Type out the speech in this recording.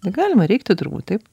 galima reiktų turbūt taip